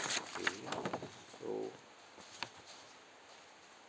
okay so